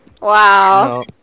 Wow